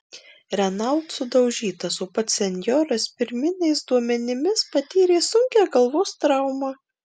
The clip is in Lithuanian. renault sudaužytas o pats senjoras pirminiais duomenimis patyrė sunkią galvos traumą